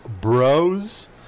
bros